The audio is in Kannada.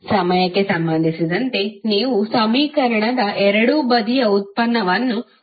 ಸಮಯಕ್ಕೆ ಸಂಬಂಧಿಸಿದಂತೆ ನೀವು ಸಮೀಕರಣದ ಎರಡೂ ಬದಿಯ ವ್ಯುತ್ಪನ್ನವನ್ನು ತೆಗೆದುಕೊಳ್ಳಬೇಕು